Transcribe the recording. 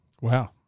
Wow